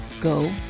go